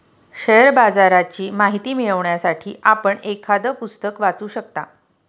share बाजाराची माहिती मिळवण्यासाठी आपण एखादं पुस्तक वाचू शकता